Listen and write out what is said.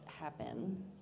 happen